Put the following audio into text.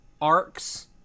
arcs